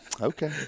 Okay